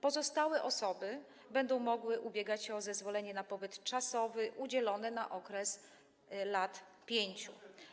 Pozostałe osoby będą mogły ubiegać się o zezwolenie na pobyt czasowy udzielany na okres lat 5.